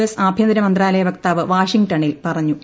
S ആഭ്യന്തര മന്ത്രാലയ വക്താവ് വാഷിംഗ്ടണിൽ പറഞ്ഞു